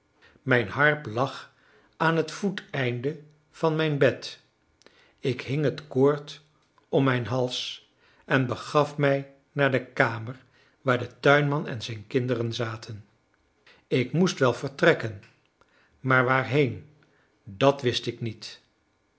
mijn harp lag aan het voeteinde van mijn bed ik hing het koord om mijn hals en begaf mij naar de kamer waar de tuinman en zijn kinderen zaten ik moest wel vertrekken maar waarheen dat wist ik niet